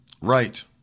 Right